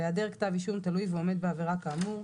והעדר כתב אישום תלוי ועומד בעבירה כאמור,